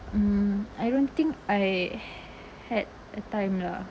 mm I don't think I had a time lah